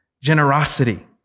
generosity